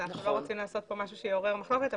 אנחנו לא רוצים לעשות פה משהו שיעורר מחלוקת,